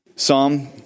Psalm